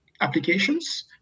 applications